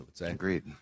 Agreed